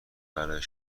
برای